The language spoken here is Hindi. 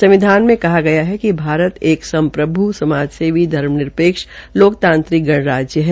संविधान मे कहा गया है कि भारत एक संप्रभु समाजसेवी धर्मनिरपेक्ष लोकतांत्रिक गणराज्य है